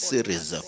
Series